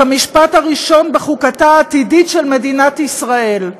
כמשפט הראשון בחוקתה העתידית של מדינת ישראל.